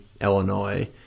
Illinois